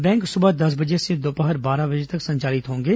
bank सुबह दस से दोपहर बारह बजे तक संचालित होंगे